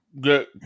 Good